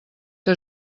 que